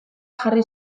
jarri